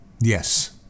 Yes